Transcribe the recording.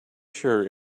sure